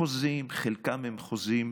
אלו חוזים, חלקם חוזים